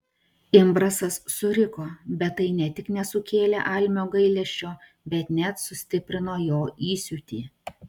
imbrasas suriko bet tai ne tik nesukėlė almio gailesčio bet net sustiprino jo įsiūtį